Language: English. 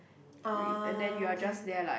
oh okay